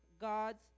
God's